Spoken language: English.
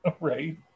Right